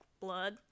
blood